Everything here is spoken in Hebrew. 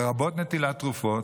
לרבות נטילת תרופות,